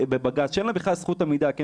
בבג"ץ, כשאין לה בכלל זכות עמידה, כן?